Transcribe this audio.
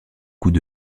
coups